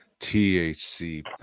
THC